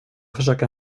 försöker